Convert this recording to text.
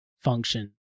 function